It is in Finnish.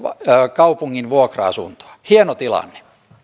kaupungin vuokra asuntoa hieno tilanne